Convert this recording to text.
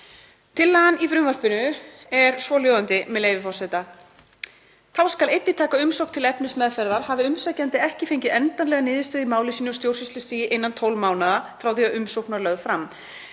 Tillagan í frumvarpinu er svohljóðandi, með leyfi forseta: „Þá skal einnig taka umsókn til efnismeðferðar hafi umsækjandi ekki fengið endanlega niðurstöðu í máli sínu á stjórnsýslustigi innan 12 mánaða frá því að umsókn var lögð fram,